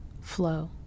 flow